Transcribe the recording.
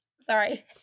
Sorry